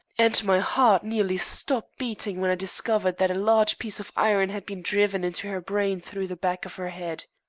and my heart nearly stopped beating when i discovered that a large piece of iron had been driven into her brain through the back of her head.